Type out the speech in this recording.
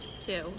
two